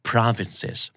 Province's